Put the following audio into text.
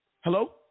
hello